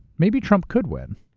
maybe trump could win.